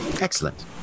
Excellent